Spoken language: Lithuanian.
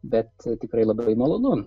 bet tikrai labai malonu